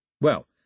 Well